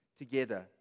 together